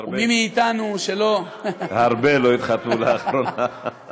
ומי מאתנו שלא, הרבה, הרבה לא התחתנו לאחרונה.